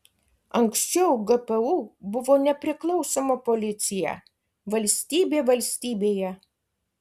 anksčiau gpu buvo nepriklausoma policija valstybė valstybėje